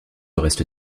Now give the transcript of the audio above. reste